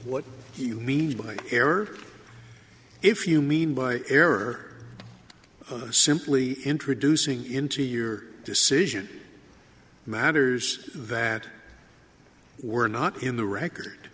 what you mean by error if you mean by error simply introducing into your decision matters that were not in the record